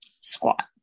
squat